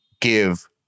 give